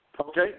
Okay